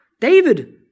David